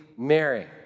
Mary